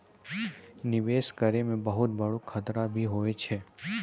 निवेश करै मे बहुत बड़ो खतरा भी हुवै छै